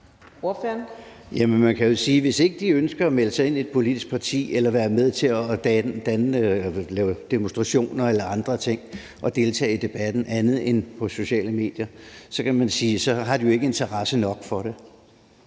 hvis ikke de ønsker at melde sig ind i et politisk parti eller være med til at lave demonstrationer eller andre ting og deltage i debatten andet end på sociale medier, har de jo ikke interesse nok for det.